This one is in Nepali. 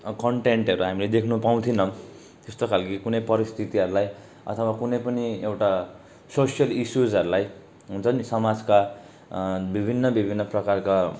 अब कन्टेन्टहरू हामीले देख्न पाउँथिएनौँ त्यस्तो खालके कुनै परिस्थितिहरूलाई अथवा कुनै पनि एउटा सोसियल इसुसहरूलाई हुन्छन् नि समाजका विभिन्न विभिन्न प्रकारका